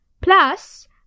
Plus